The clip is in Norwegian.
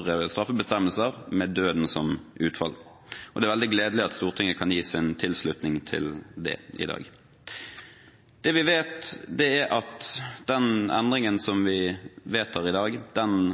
for straffebestemmelser med døden som utfall. Det er veldig gledelig at Stortinget kan gi sin tilslutning til det i dag. Det vi vet, er at den endringen som vi vedtar i dag,